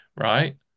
right